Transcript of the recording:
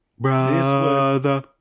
Brother